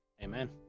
Amen